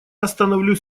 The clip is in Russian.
остановлюсь